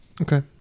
Okay